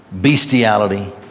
bestiality